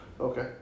Okay